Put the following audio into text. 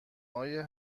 آیا